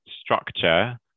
structure